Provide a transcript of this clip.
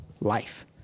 life